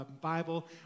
Bible